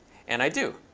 and i do.